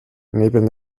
neben